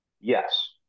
Yes